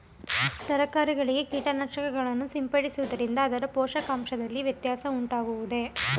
ತರಕಾರಿಗಳಿಗೆ ಕೀಟನಾಶಕಗಳನ್ನು ಸಿಂಪಡಿಸುವುದರಿಂದ ಅದರ ಪೋಷಕಾಂಶದಲ್ಲಿ ವ್ಯತ್ಯಾಸ ಉಂಟಾಗುವುದೇ?